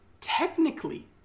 technically